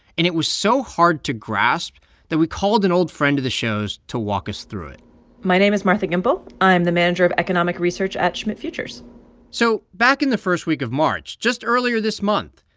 and it was so hard to grasp that we called an old friend of the show's to walk us through it my name is martha gimbel. i'm the manager of economic research at schmidt futures so back in the first week of march, just earlier this month,